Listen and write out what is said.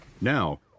Now